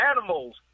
animals